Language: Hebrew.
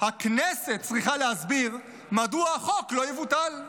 הכנסת צריכה להסביר מדוע החוק לא יבוטל.